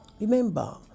Remember